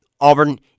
Auburn